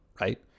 right